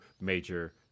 major